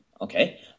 Okay